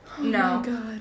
no